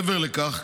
מעבר לכך,